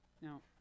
Now